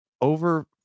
over